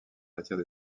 matière